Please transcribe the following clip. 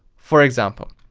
for example.